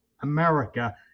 america